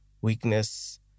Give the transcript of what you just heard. Weakness